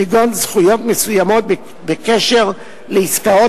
כגון זכויות מסוימות בקשר לעסקאות